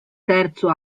terzo